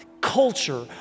culture